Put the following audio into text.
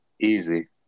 Easy